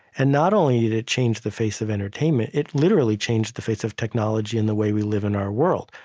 and not only did it change the face of entertainment, it literally changed the face of technology and the way we live in our world.